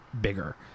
bigger